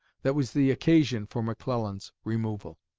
that was the occasion for mcclellan's removal.